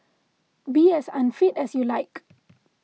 be as unfit as you like